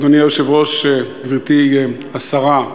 אדוני היושב-ראש, גברתי השרה,